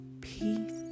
Peace